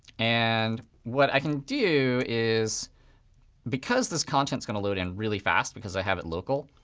and what i can do is because this content is going to load in really fast because i have it local,